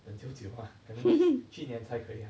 等久久 lah that means 去年才可以呀